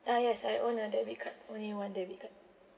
uh yes I own a debit card only one debit card